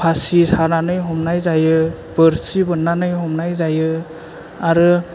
फासि सानानै हमनाय जायो बोरसि बोन्नानै हमनाय जायो आरो